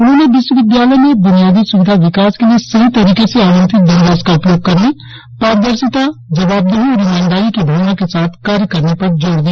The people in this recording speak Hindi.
उन्होंने विश्वविद्यालय में बुनियादी सुविधा विकास के लिए सही तरीके से आवटित धनराशि का उपयोग करने पारदर्शिता जवाबदेही और ईमानदारी की भावना के साथ कार्य करने पर जोर दिया